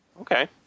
Okay